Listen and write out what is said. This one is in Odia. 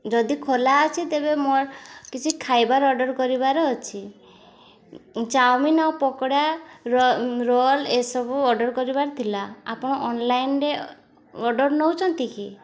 ଯଦି ଖୋଲା ଅଛି ତେବେ ମୋର କିଛି ଖାଇବାର ଅର୍ଡ଼ର୍ କରିବାର ଅଛି ଚାଓମିନ୍ ଆଉ ପକୋଡ଼ାର ରୋଲ୍ ଏସବୁ ଅର୍ଡ଼ର୍ କରିବାର ଥିଲା ଆପଣ ଅନ୍ଲାଇନ୍ରେ ଅର୍ଡ଼ର୍ ନେଉଛନ୍ତି କି